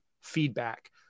feedback